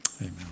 Amen